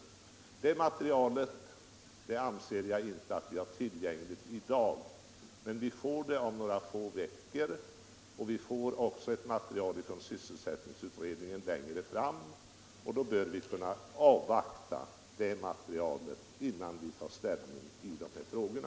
Det materialet är inte tillgängligt i dag, men det kommer inom några få veckor. Vi får också ett material från sysselsättningsutredningen litet längre fram. Vi bör kunna avvakta också det materialet innan vi tar ställning i de här frågorna.